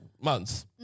months